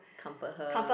comfort her